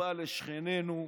חרפה לשכנינו,